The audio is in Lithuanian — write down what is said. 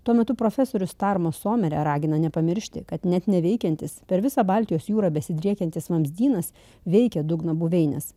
tuo metu profesorius tarma somirė ragina nepamiršti kad net neveikiantis per visą baltijos jūrą besidriekiantis vamzdynas veikia dugno buveines